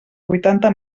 vuitanta